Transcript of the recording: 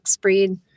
breed